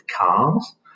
cars